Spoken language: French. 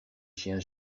chiens